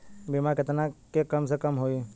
बीमा केतना के कम से कम होई?